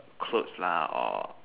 clothes lah or